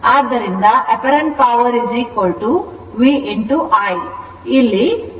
ಆದ್ದರಿಂದ apparent power VI ಇಲ್ಲಿ cosθ ಭಾಗಿಯಾಗಿಲ್ಲ